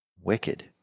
Wicked